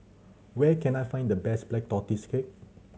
where can I find the best Black Tortoise Cake